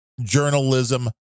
journalism